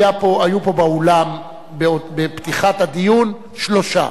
היו פה באולם בפתיחת הדיון שלושה: